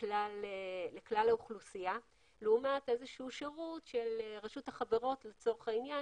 לכלל האוכלוסייה לעומת איזשהו שירות של רשות החברות לצורך העניין